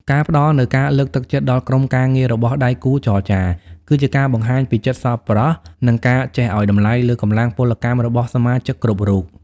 ការផ្តល់នូវការលើកទឹកចិត្តដល់ក្រុមការងាររបស់ដៃគូចរចា គឺជាការបង្ហាញពីចិត្តសប្បុរស និងការចេះឱ្យតម្លៃលើកម្លាំងពលកម្មរបស់សមាជិកគ្រប់រូប។